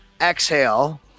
Exhale